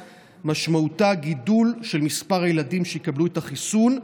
משמעותה גידול של מספר ילדים שיקבלו את החיסון,